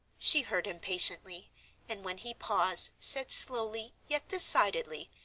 she heard him patiently and, when he paused, said slowly, yet decidedly,